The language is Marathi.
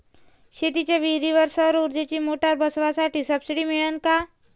शेतीच्या विहीरीवर सौर ऊर्जेची मोटार बसवासाठी सबसीडी मिळन का?